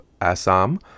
Assam